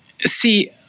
See